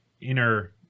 inner